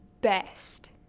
best